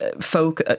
folk